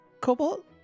Cobalt